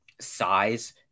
size